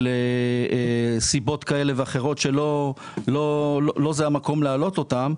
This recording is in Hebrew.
של סיבות כאלה ואחרות שלא זה המקום להעלות אותן.